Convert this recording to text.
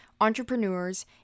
entrepreneurs